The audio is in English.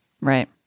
Right